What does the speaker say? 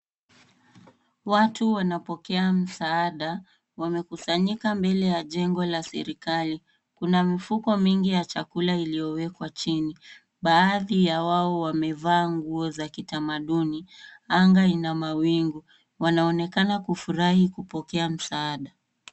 Watu wanapokea msaada wamekusanyika mbele ya jengo la serikali. Kuna mifuko mingi ya chakula iliyowekwa chini. Baadhi ya wao wamevaa nguo za kitamaduni. Anga ina mawingu. Wanaonekana kufurahi kupokea msaada.